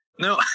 no